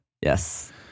yes